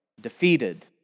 defeated